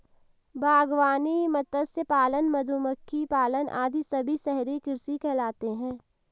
बागवानी, मत्स्य पालन, मधुमक्खी पालन आदि सभी शहरी कृषि कहलाते हैं